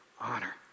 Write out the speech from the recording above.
honor